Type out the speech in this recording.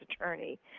attorney